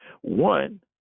One